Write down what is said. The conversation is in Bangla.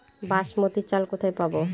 বাসমতী চাল কোথায় পাবো?